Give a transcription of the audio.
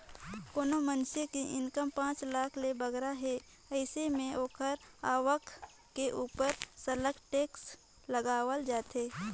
कोनो मइनसे के इनकम पांच लाख ले बगरा हे अइसे में ओकर आवक के उपर सरलग टेक्स लगावल जाथे